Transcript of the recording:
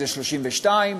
זה 32,